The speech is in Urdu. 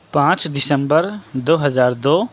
پانچ دسمبر دو ہزار دو